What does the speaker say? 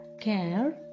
care